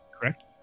Correct